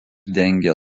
dengia